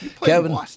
Kevin